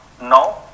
no